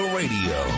radio